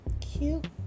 cute